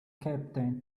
captain